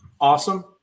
awesome